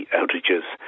outages